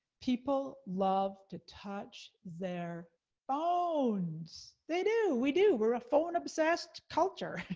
people love to touch their phones! they do! we do! we're a phone-obsessed culture.